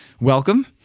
Welcome